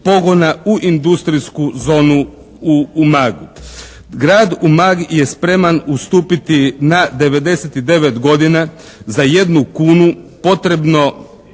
pogona u industrijsku zonu u Umagu. Grad Umag je spreman ustupiti na 99 godina za jednu kunu potrebno